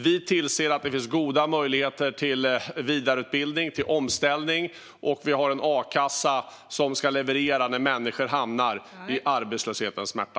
Vi tillser att det finns goda möjligheter till vidareutbildning och omställning, och vi har en a-kassa som ska leverera när människor hamnar i arbetslöshetens smärta.